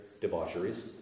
debaucheries